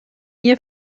ihr